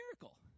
miracle